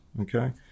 okay